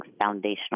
foundational